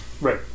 Right